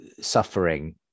suffering